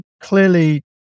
clearly